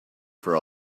for